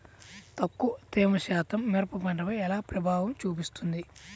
తక్కువ తేమ శాతం మిరప పంటపై ఎలా ప్రభావం చూపిస్తుంది?